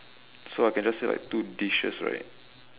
so I can just say like two dishes right